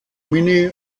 minnie